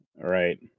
Right